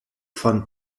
von